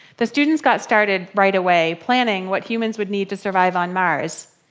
the students got started right away planning what humans would need to survive on mars.